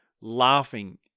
laughing